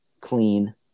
clean